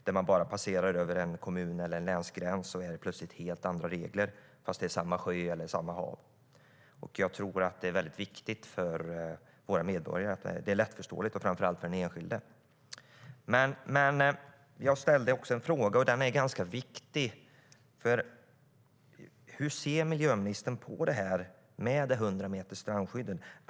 När man passerar över en kommun eller länsgräns kan det plötsligt vara helt andra regler, fast det är samma sjö eller samma hav. Jag tror att det är väldigt viktigt för våra medborgare och framför allt för den enskilde att det är lättförståeligt. Jag ställde också en fråga, och den är ganska viktig, så därför ställer jag den igen: Hur ser miljöministern på 100 meter strandskydd?